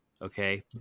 Okay